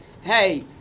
Hey